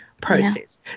process